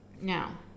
Now